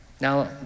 Now